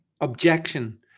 objection